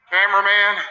Cameraman